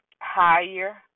higher